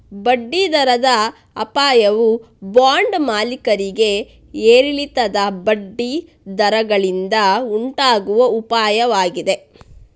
ಬಡ್ಡಿ ದರದ ಅಪಾಯವು ಬಾಂಡ್ ಮಾಲೀಕರಿಗೆ ಏರಿಳಿತದ ಬಡ್ಡಿ ದರಗಳಿಂದ ಉಂಟಾಗುವ ಅಪಾಯವಾಗಿದೆ